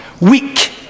Weak